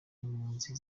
impunzi